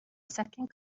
second